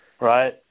right